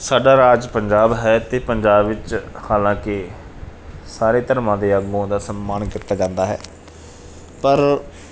ਸਾਡਾ ਰਾਜ ਪੰਜਾਬ ਹੈ ਅਤੇ ਪੰਜਾਬ ਵਿੱਚ ਹਾਲਾਂਕਿ ਸਾਰੇ ਧਰਮਾਂ ਦੇ ਆਗੂਆਂ ਦਾ ਸਨਮਾਨ ਕੀਤਾ ਜਾਂਦਾ ਹੈ ਪਰ